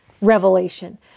revelation